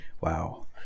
Wow